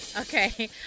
Okay